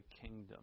kingdom